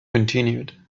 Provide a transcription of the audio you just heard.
continued